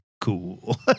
cool